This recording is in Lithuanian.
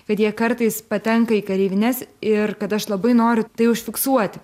kad jie kartais patenka į kareivines ir kad aš labai noriu tai užfiksuoti